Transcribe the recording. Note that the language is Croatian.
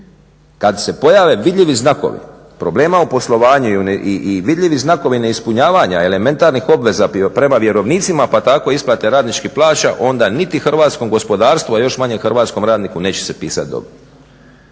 kada se pojave vidljivi znakovi, problema u poslovanju i vidljivi znakovi neispunjavanja elementarnih obveza prema vjerovnicima pa tako isplate radničkih plaća onda niti hrvatskom gospodarstvu a još manje hrvatskom radniku neće se pisati dobro.